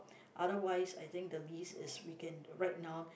otherwise I think the least is we can right now